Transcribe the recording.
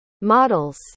models